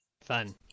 Fun